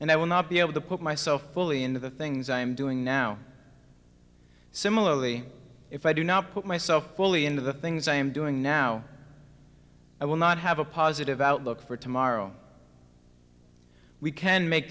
and i will not be able to put myself only in the things i am doing now similarly if i do not put myself fully into the things i am doing now i will not have a positive outlook for tomorrow we can make